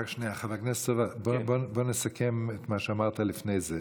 חבר הכנסת סובה, בוא נסכם את מה שאמרת לפני כן.